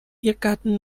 irrgarten